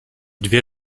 dwie